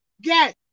get